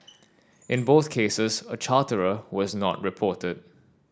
in both cases a charterer was not reported